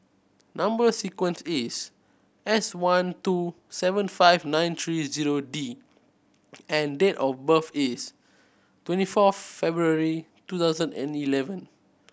number sequence is S one two seven five nine three zero D and date of birth is twenty fourth February two thousand and eleven